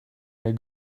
der